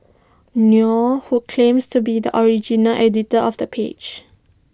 nor who claims to be the original editor of the page